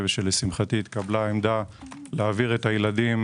שלשמחתי התקבלה העמדה להעביר את הילדים